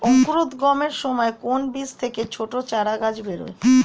অঙ্কুরোদ্গমের সময় কোন বীজ থেকে ছোট চারাগাছ বেরোয়